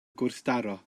gwrthdaro